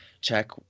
check